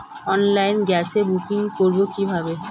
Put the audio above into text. অফলাইনে গ্যাসের বুকিং করব কিভাবে?